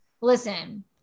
listen